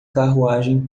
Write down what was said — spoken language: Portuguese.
carruagem